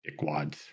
Dickwads